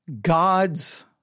God's